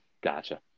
Gotcha